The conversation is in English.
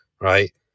right